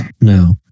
No